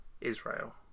Israel